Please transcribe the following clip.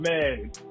man